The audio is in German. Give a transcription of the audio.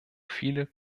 viele